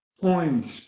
points